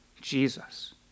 Jesus